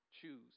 choose